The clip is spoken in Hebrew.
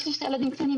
יש לי שני ילדים קטנים,